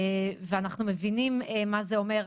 אנחנו מבינים מה זה אומר.